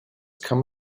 come